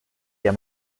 der